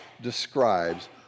describes